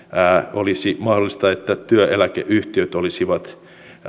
olisi mahdollista että työeläkeyhtiöt olisivat